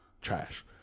Trash